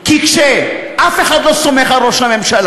כי כשאף אחד לא סומך על ראש הממשלה,